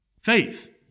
faith